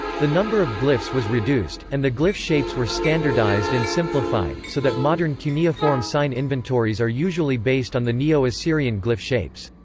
the number of glyphs was reduced, and the glyph shapes were standardized and simplified, so that modern cuneiform sign inventories are usually based on the neo-assyrian glyph shapes.